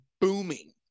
booming